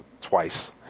twice